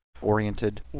oriented